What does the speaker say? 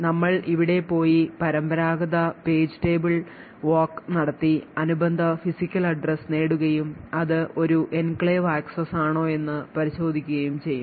നമ്മൾ ഇവിടെ പോയി പരമ്പരാഗത പേജ് ടേബിൾ walk നടത്തി അനുബന്ധ ഫിസിക്കൽ address നേടുകയും അത് ഒരു എൻക്ലേവ് ആക്സസ് ആണോയെന്ന് പരിശോധിക്കുകയും ചെയ്യും